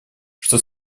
что